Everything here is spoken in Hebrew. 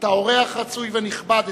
אתה אורח רצוי ונכבד אצלנו.